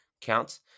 counts